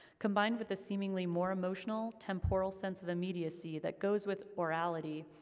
combined with the seemingly more emotional, temporal sense of immediacy that goes with orality,